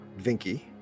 Vinky